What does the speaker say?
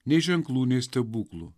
nei ženklų nei stebuklų